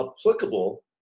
applicable